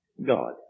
God